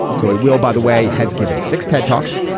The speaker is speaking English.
so he will, by the way, has given six tedtalks.